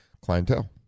clientele